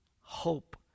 hope